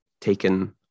taken